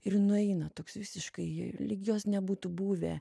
ir nueina toks visiškai lyg jos nebūtų buvę